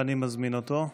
ואני מזמין אותו.